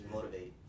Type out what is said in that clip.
Motivate